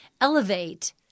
elevate